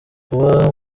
kuba